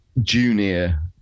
junior